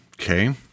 Okay